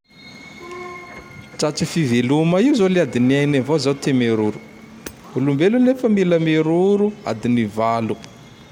Tratry fiveloma io zao le adiny eny avao ty miroro. Olombelo nefa miroro adiny valo.